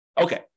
Okay